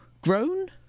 Grown